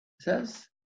says